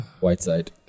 Whiteside